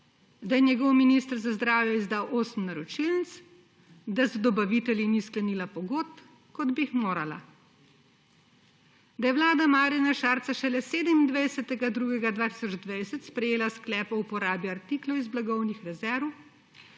da je njen minister za zdravje izdal osem naročilnic, da z dobavitelji ni sklenila pogodb, kot bi jih morala. Da je vlada Marjana Šarca šele 27. 2. 2020 sprejela sklep o uporabi artiklov iz blagovnih rezerv